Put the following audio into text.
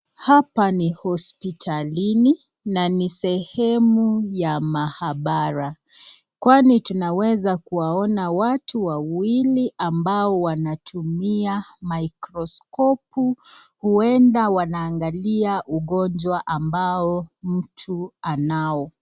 Hapa ni hospitalini na ni sehemu ya maabara. Kwani tunaweza kuwaona watu wawili ambao wanatumia microscope huenda wanaangalia ugonjwa ambao mtu anao.